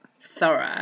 thorough